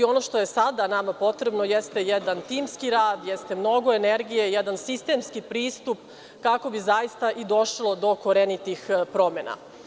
Ono što je sada nama potrebno, jeste jedan timski rad, jeste mnogo energije, jedan sistemski pristup kako bi zaista i došlo do korenitih promena.